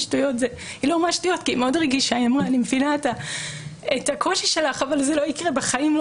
היא אמרה שהיא מבינה את הקושי שלי אבל זה לא יקרה בחיים.